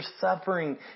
suffering